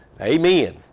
Amen